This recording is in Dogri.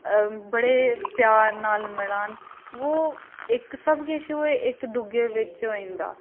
बड़े प्यार नाल मनान बो इक सब किछ ओह् इक दुए बिच्च होई जंदा